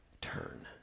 turn